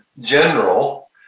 general